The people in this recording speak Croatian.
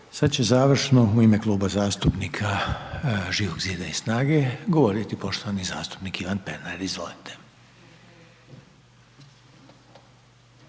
jednu završnu riječ u ime Kluba zastupnika Živog zida i SNAGA-e pa će govoriti poštovani zastupnik Ivan Pernar. Izvolite.